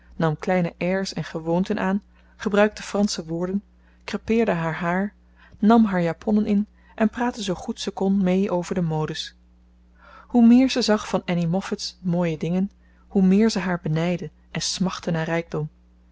nam kleine airs en gewoonten aan gebruikte fransche woorden crêpeerde haar haar nam haar japonnen in en praatte zoo goed ze kon mee over de modes hoe meer ze zag van annie moffat's mooie dingen hoe meer ze haar benijdde en smachtte naar rijkdom